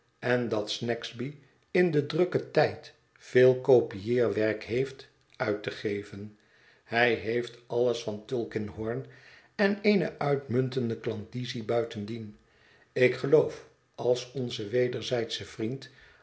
en dat snagsby in den drukken tijd veel kopieerwerk heeft uit te geven hij heeft alles van tulkinghorn en eene uitmuntende klandizie buitendien ik geloof als onze wederzij dsche vriend